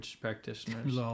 practitioners